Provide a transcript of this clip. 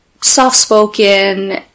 soft-spoken